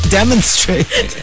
demonstrate